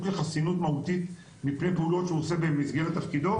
לחסינות מהותית מפני פעולות שהוא עושה במסגרת תפקידו,